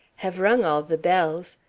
have rung all the bells.